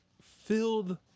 filled